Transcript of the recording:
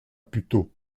puteaux